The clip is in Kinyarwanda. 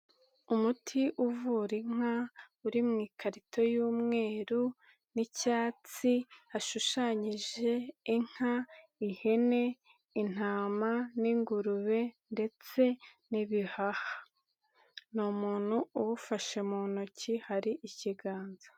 Umuti uvura inka, uri mu ikarito y'umweru n'icyatsi, hashushanyije inka, ihene, intama n'ingurube ndetse n'ibiha. Ni umuntu uwufashe mu ntoki, hari ikiganza.